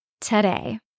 today